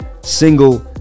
single